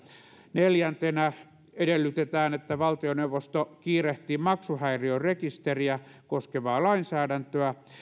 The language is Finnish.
neljäntenä edellytetään että valtioneuvosto kiirehtii maksuhäiriörekisteriä koskevaa lainsäädäntöä